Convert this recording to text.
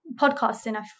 podcasting